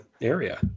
area